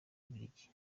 bubiligi